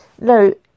No